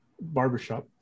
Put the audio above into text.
barbershop